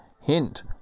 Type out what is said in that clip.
Hint